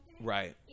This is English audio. Right